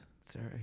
Sorry